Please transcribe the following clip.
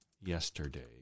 yesterday